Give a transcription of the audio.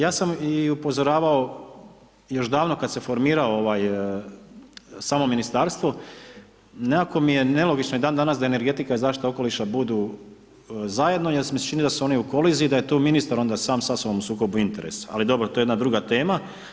Ja sam i upozoravao još davno kad se formiralo samo ministarstvo, nekako mi je nelogično i dandanas da energetika i zaštita okoliša budu zajedno jer mi se čini da su oni u koliziji, da je tu onda ministar sam sa sobom u sukobu interesa ali dobro, to je jedna druga tema.